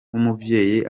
nk’umubyeyi